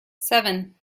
seven